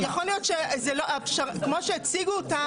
יכול להיות שכמו שהציגו אותה,